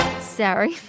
Sorry